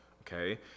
okay